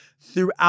throughout